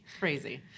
Crazy